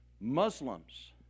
Muslims